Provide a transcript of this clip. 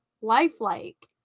lifelike